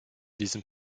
diesem